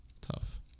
Tough